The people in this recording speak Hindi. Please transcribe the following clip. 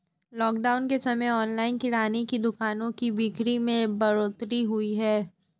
लॉकडाउन के समय ऑनलाइन किराने की दुकानों की बिक्री में बढ़ोतरी हुई है